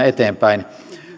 eteenpäin